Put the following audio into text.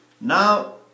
Now